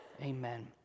Amen